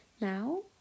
Now